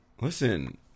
Listen